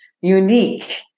Unique